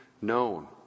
known